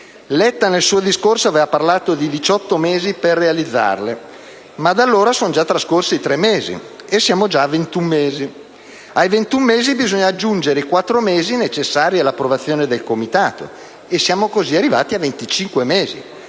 Letta nel suo discorso aveva parlato di diciotto mesi per realizzarle, ma da allora sono già trascorsi tre mesi, e siamo già a ventuno mesi, ai quali bisogna aggiungere i quattro mesi necessari all'approvazione del Comitato, e siamo così arrivati a